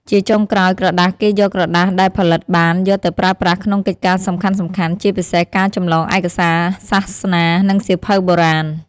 ជាចុងក្រោយក្រដាសគេយកក្រដាសដែលផលិតបានយកទៅប្រើប្រាស់ក្នុងកិច្ចការសំខាន់ៗ ជាពិសេសការចម្លងឯកសារសាសនា និងសៀវភៅបុរាណ។